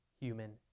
human